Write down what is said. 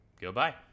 Goodbye